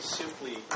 simply